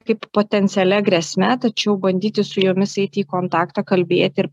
kaip potencialia grėsme tačiau bandyti su jomis eiti į kontaktą kalbėti ir